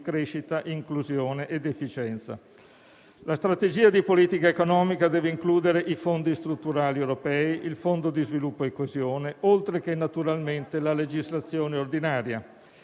crescita, inclusione ed efficienza. La strategia di politica economica deve includere i fondi strutturali europei, il fondo di sviluppo e coesione, oltre che, naturalmente, la legislazione ordinaria.